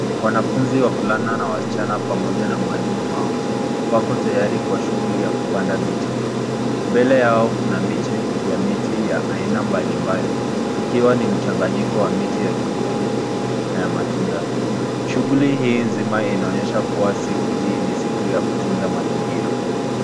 Wanafunzi wavulana na wasichana pamoja na mwalimu wao. Wako tayari kwa shughuli ya kupanda miti. Mbele yao kuna miche ya miti ya aina mbalimbali ikiwa ni mchanganyiko wa miti ya kivuli na ya matunda. Shughuli hii nzima inaonyesha kuwa siku hii ni siku ya kutunza mazingira.